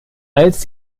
als